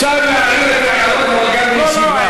אפשר להעיר את ההערות גם בישיבה.